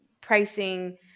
pricing